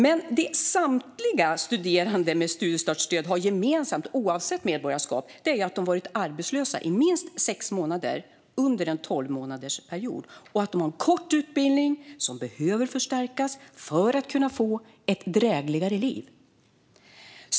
Men det som samtliga studerande med studiestartsstöd har gemensamt, oavsett medborgarskap, är att de har varit arbetslösa i minst sex månader under en tolvmånadersperiod och att de har en kort utbildning som behöver förstärkas för att de ska kunna få ett drägligare liv.